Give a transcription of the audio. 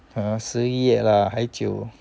(uh huh) 十一月啦还久